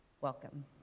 Welcome